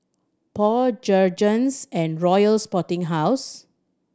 Paul Jergens and Royal Sporting House